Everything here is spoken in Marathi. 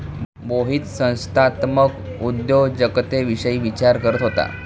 मोहित संस्थात्मक उद्योजकतेविषयी विचार करत होता